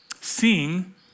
seeing